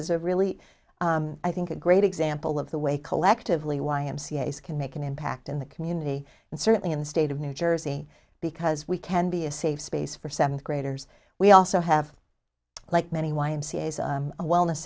is a really i think a great example of the way collectively y m c a s can make an impact in the community and certainly in the state of new jersey because we can be a safe space for seventh graders we also have like many y m c a a wellness